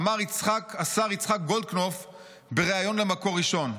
אמר השר יצחק גולדקנופ בריאיון ל'מקור ראשון'.